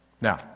Now